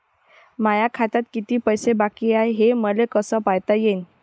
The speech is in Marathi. माया खात्यात किती पैसे बाकी हाय, हे मले कस पायता येईन?